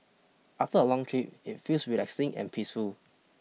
after a long trip it feels relaxing and peaceful